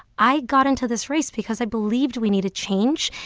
i got into this race because i believed we needed change,